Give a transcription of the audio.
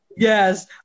Yes